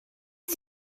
was